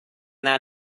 that